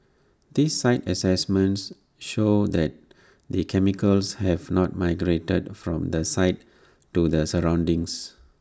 these site assessments show that the chemicals have not migrated from the site to the surroundings